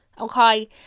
okay